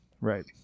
Right